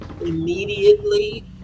immediately